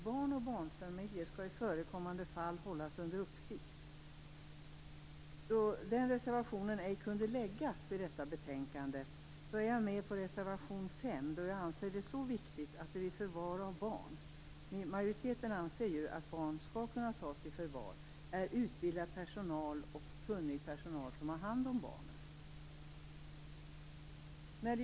Barn och barnfamiljer skall i förekommande fall hållas under uppsikt. Den reservationen kunde inte läggas i samband med detta betänkande. Därför är jag med på reservation 5, då jag anser det som så viktigt att det vid förvar av barn - majoriteten anser ju att barn skall kunna tas i förvar - är utbildad och kunnig personal som har hand om barnen.